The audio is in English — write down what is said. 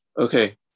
Okay